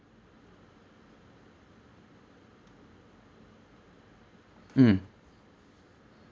mm